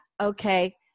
okay